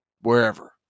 wherever